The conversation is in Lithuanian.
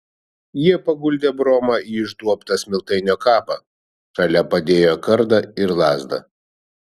jie paguldė bromą į išduobtą smiltainio kapą šalia padėjo kardą ir lazdą